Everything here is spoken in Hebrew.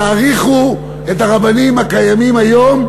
תאריכו את לרבנים הקיימים היום,